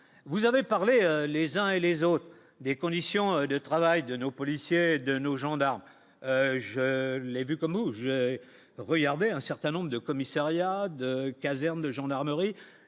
vous avez parlé les uns et les autres, des conditions de travail de nos policiers, de nos gendarmes, je l'ai vu comme je regardais un certain nombre de commissariats de casernes de gendarmerie,